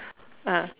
ah